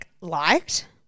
liked